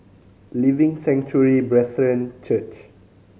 Living Sanctuary Brethren Church